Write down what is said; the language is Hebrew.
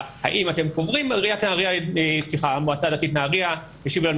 האם אתם קוברים אז המועצה הדתית בנהריה השיבה לנו